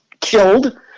killed